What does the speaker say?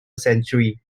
century